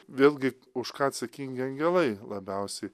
vėlgi už ką atsakingi angelai labiausi